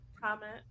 comment